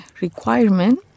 requirement